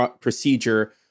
procedure